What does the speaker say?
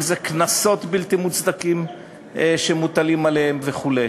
אם בקנסות בלתי מוצדקים שמוטלים עליהם וכו'.